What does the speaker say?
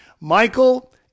Michael